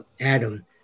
Adam